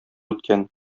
үткән